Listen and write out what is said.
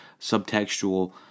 subtextual